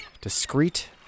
discreet